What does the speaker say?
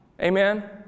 Amen